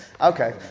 Okay